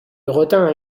retint